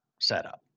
setup